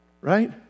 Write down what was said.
Right